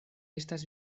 estas